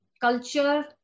culture